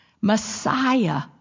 Messiah